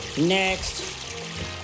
Next